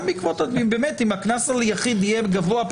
בעקבות הדיון אם הקנס על יחיד יהיה גבוה,